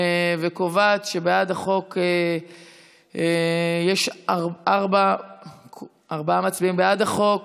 וקובעת שבעד החוק יש ארבעה מצביעים, בעד החוק.